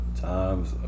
Times